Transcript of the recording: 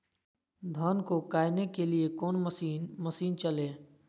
धन को कायने के लिए कौन मसीन मशीन चले?